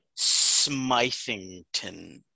Smithington